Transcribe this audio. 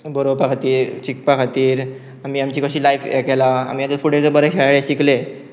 बरोवपा खातीर शिकपा खातीर आमी आमची कशी लायफ हें केला आमी आतां फुडें बरे खेळ हे शिकले